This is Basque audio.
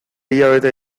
hilabete